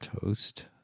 toast